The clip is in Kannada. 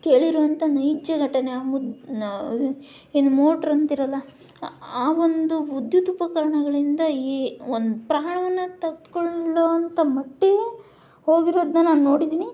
ಕೇಳಿರುವಂಥ ನೈಜ ಘಟನೆ ಏನು ಮೋಟ್ರ್ ಅಂತೀರಲ್ಲ ಆ ಒಂದು ವಿದ್ಯುತ್ ಉಪಕರಣಗಳಿಂದ ಈ ಒಂದು ಪ್ರಾಣವನ್ನು ತೆಗದ್ಕೊಳ್ಳೋ ಅಂಥ ಮಟ್ಟಿಗೆ ಹೋಗಿರೋದನ್ನ ನಾನು ನೋಡಿದ್ದೀನಿ